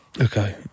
Okay